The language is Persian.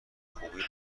خوبی